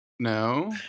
No